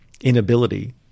inability